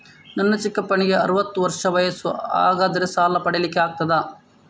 ನನ್ನ ಚಿಕ್ಕಪ್ಪನಿಗೆ ಅರವತ್ತು ವರ್ಷ ವಯಸ್ಸು, ಹಾಗಾದರೆ ಸಾಲ ಪಡೆಲಿಕ್ಕೆ ಆಗ್ತದ?